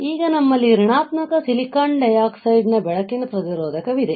ಈಗ ನಮ್ಮಲ್ಲಿ ಋಣಾತ್ಮಕ ಸಿಲಿಕಾನ್ ಡಯೋಕ್ಸೈಡ್ನ ಬೆಳಕಿನ ಪ್ರತಿರೋಧಕವಿದೆ